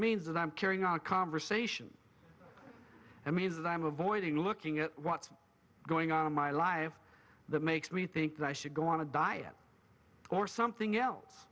means that i'm carrying on a conversation i mean that i'm avoiding looking at what's going on in my life that makes me think that i should go on a diet or something else